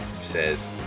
says